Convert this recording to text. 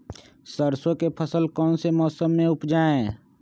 सरसों की फसल कौन से मौसम में उपजाए?